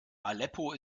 aleppo